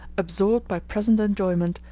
absorbed by present enjoyment,